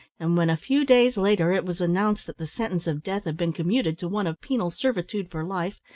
and when a few days later it was announced that the sentence of death had been commuted to one of penal servitude for life,